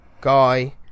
guy